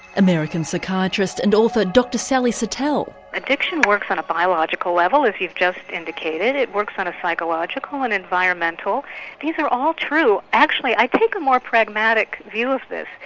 american psychiatrist and author dr sally so satel. addiction works on a biological level as you've just indicated, it works on a psychological and environmental these are all true. actually i take a more pragmatic view of this.